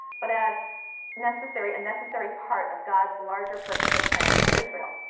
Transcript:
but as necessary, a necessary part of god's larger purpose or plan for israel.